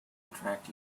attract